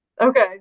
Okay